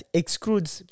excludes